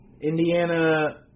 Indiana